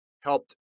helped